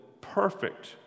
perfect